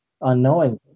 unknowingly